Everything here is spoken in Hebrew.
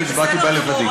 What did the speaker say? אני הצבעתי בה לבדי.